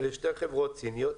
אלה שתי חברות סיניות.